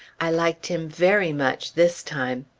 i liked him very much, this time.